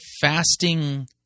fasting